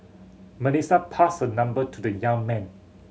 Melissa passed her number to the young man